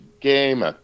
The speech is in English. game